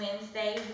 Wednesday